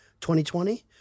2020